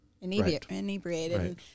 inebriated